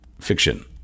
fiction